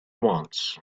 wants